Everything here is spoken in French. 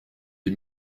des